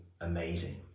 amazing